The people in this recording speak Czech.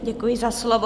Děkuji za slovo.